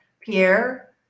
Pierre